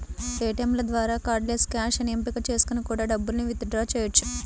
ఏటియంల ద్వారా cardless cash అనే ఎంపిక చేసుకొని కూడా డబ్బుల్ని విత్ డ్రా చెయ్యొచ్చు